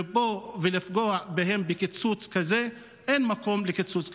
לבוא ולפגוע בהן בקיצוץ כזה, אין מקום לקיצוץ כזה.